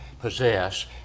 possess